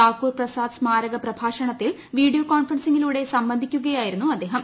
താക്കൂർ പ്രസാദ് സ്മാരക പ്രഭാഷണത്തിൽ വീഡിയോ കോൺഫറൻസിലൂടെ സംബന്ധിക്കുകയായിരുന്നു അദ്ദേഹം